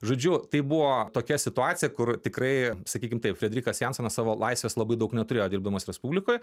žodžiu tai buvo tokia situacija kur tikrai sakykim taip frederikas jansonas savo laisvės labai daug neturėjo dirbdamas respublikoj